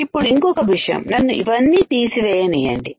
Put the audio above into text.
ఇప్పుడు ఇంకొక విషయం నన్ను ఇవన్నీ తీసివేయ నీయండి